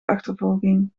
achtervolging